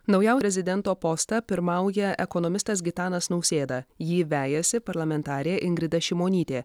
naujau prezidento postą pirmauja ekonomistas gitanas nausėda jį vejasi parlamentarė ingrida šimonytė